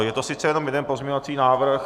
Je to sice jenom jeden pozměňovací návrh.